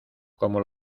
como